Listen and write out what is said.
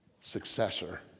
successor